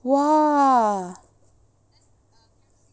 !wah!